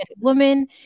woman